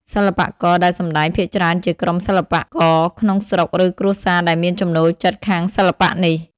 សិល្បករដែលសម្តែងភាគច្រើនជាក្រុមសិល្បៈករក្នុងស្រុក ឬគ្រួសារដែលមានចំណូលចិត្តខាងសិល្បៈនេះ។